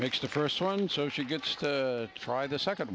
makes the first one so she gets to try the second